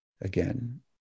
again